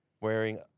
wearing